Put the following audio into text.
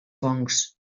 fongs